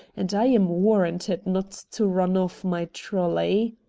and i am warranted not to run off my trolley.